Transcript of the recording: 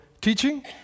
teaching